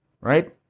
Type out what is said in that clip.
right